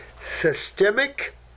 Systemic